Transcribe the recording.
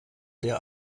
der